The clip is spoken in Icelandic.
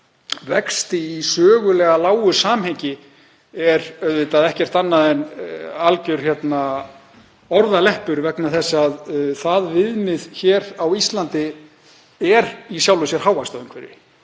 vexti í sögulega lágu samhengi er auðvitað ekkert annað en algjör orðaleppur vegna þess að viðmiðið á Íslandi er í sjálfu sér hávaxtaumhverfi.